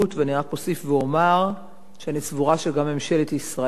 ואני רק אוסיף ואומר שאני סבורה שגם ממשלת ישראל,